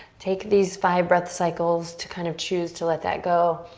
take these five breath cycles to kind of choose to let that go.